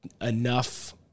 enough